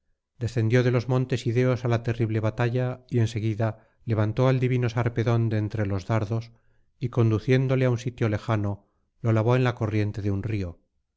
descendió de los montes ideos á la terrible batalla y en eguida levantó al divino sarpedón de entre los dardos y conduciéndole á un sitio lejano lo lavó en la corriente de un río